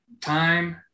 Time